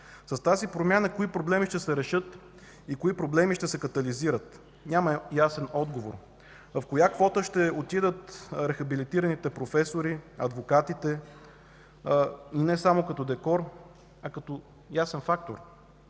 С тази промяна кои проблеми ще се решат и кои проблеми ще се катализират? Няма ясен отговор. В коя квота ще отидат рехабилитираните професори, адвокатите и не само като декор, а като ясен фактор?